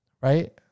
Right